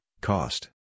cost